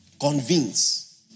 Convince